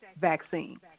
vaccine